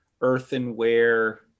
earthenware